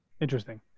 interesting